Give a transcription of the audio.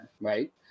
right